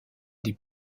des